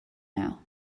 now